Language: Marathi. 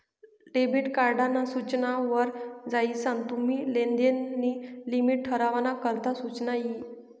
डेबिट कार्ड ना सूचना वर जायीसन तुम्ही लेनदेन नी लिमिट ठरावाना करता सुचना यी